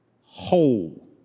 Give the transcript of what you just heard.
whole